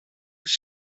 τις